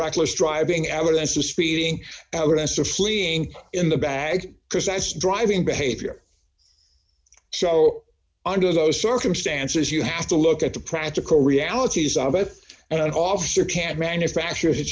reckless driving evidence of speeding us or fleeing in the bag because that's driving behavior so under those circumstances you have to look at the practical realities of it an officer can't manufacture